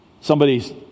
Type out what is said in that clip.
somebody's